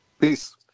Peace